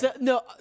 no